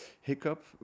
hiccup